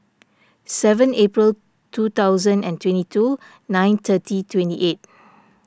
seven April two thousand and twenty two nine thirty twenty eight